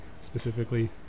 specifically